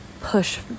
push